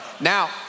Now